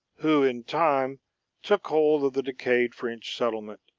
who in time took hold of the decayed french settlement,